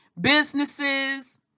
businesses